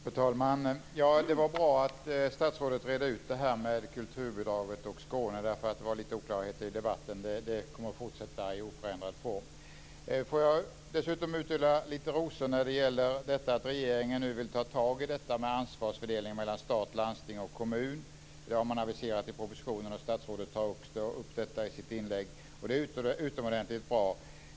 Fru talman! Det är bra att statsrådet redde ut detta med kulturbidrag och Skåne. Där var det ju lite oklarheter i debatten, men det hela kommer alltså att fortsätta i oförändrad form. Sedan skulle jag vilja utdela lite rosor för att regeringen nu vill ta tag i detta med ansvarsfördelning mellan stat, landsting och kommun. Det har man aviserat i propositionen, och statsrådet tog också upp det i sitt inlägg här. Detta är utomordentligt bra.